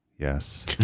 Yes